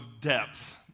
depth